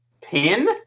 Pin